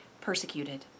persecuted